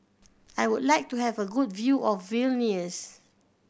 I would like to have a good view of Vilnius